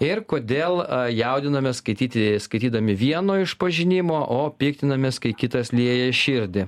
ir kodėl jaudinamės skaityti skaitydami vieno išpažinimo o piktinamės kai kitas lieja širdį